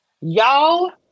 Y'all